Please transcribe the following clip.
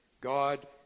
God